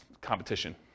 competition